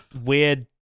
weird